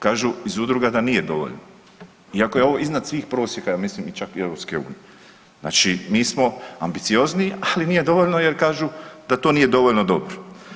Kažu iz udruga da nije dovoljno iako je ovo iznad svih prosjeka, ja mislim čak i EU. znači mi smo ambiciozniji, ali nije dovoljno jer kažu da to nije dovoljno dobro.